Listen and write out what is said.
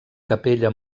capella